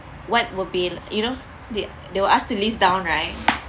what would be you know they they will ask to list down right